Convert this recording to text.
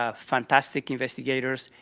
ah fantastic investigators,